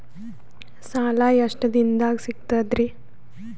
ಸಾಲಾ ಎಷ್ಟ ದಿಂನದಾಗ ಸಿಗ್ತದ್ರಿ?